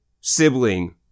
sibling